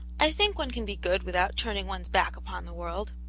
i think one can be good without turning one's back upon the world.